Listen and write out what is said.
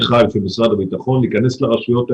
חיל של משרד הביטחון להיכנס לרשויות האלה,